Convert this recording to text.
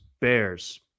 Bears